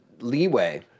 leeway